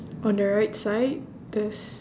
on the right side there's